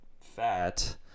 fat